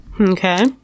Okay